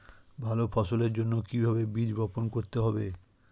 ভালো ফসলের জন্য কিভাবে বীজ বপন করতে হবে?